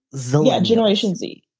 zillah. generation z.